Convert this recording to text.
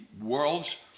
world's